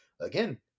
again